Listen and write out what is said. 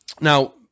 now